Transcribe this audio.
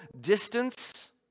distance